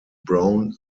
brown